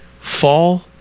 fall